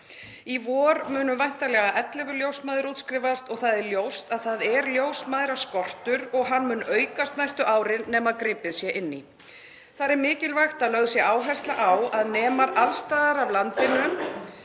Í vor munu væntanlega 11 ljósmæður útskrifast og það er ljóst að það er ljósmæðraskortur og hann mun aukast næstu árin nema gripið sé inn í. Þar er mikilvægt að lögð sé áhersla á að nemar alls staðar af landinu